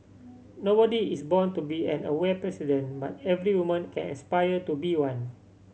nobody is born to be an aware president but every woman can aspire to be one